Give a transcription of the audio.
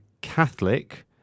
Catholic